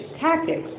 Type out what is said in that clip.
tactics